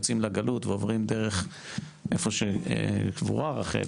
יוצאים לגלות והם עוברים דרך המקום שרחל קבורה,